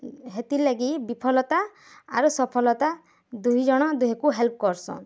ହେତିର୍ଲାଗି ବିଫଲତା ଆର୍ ସଫଲତା ଦୁଇଜଣ ଦୁହେକୁ ହେଲ୍ପ୍ କର୍ସନ୍